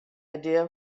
idea